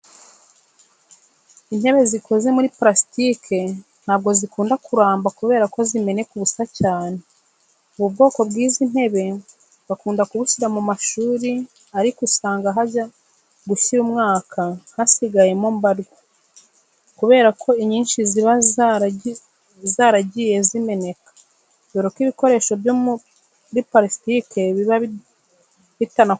Intebe zikoze muri parasitike ntabwo zikunda kuramba kubera ko zimeneka ubusa cyane. Ubu bwoko bw'izi ntebe bakunda kubushyira mu mashuri ariko usanga hajya gushira umwaka hasigaye mbarwa kubera ko inyishi ziba zaragiye zimeneka, dore ko ibikoresho byo muri parasitike biba bitanakomeye cyane.